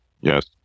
Yes